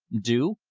do!